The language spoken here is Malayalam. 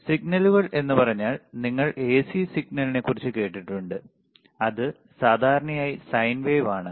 സിഗ്നലുകൾ എന്നു പറഞ്ഞാൽ നിങ്ങൾ എസി സിഗ്നലിനെക്കുറിച്ച് കേട്ടിട്ടുണ്ട് അത് സാധാരണയായി സൈൻ വേവ് ആണ്